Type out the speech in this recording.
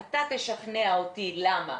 אתה תשכנע אותי למה